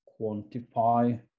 quantify